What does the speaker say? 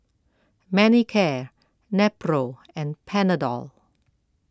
Manicare Nepro and Panadol